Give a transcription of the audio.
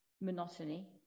monotony